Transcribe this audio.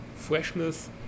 freshness